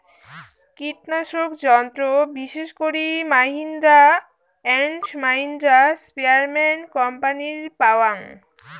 কীটনাশক যন্ত্র বিশেষ করি মাহিন্দ্রা অ্যান্ড মাহিন্দ্রা, স্প্রেয়ারম্যান কোম্পানির পাওয়াং